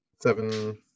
seven